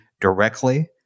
directly